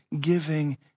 giving